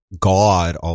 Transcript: God